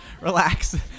relax